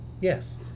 Yes